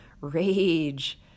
rage